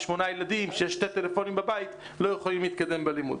7-8 ילדים שיש להם שני טלפונים בבית לא יכולים להתקדם עם הלימוד.